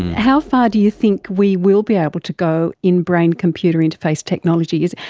how far do you think we will be able to go in brain-computer interface technologies?